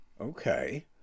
Okay